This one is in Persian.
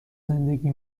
زندگی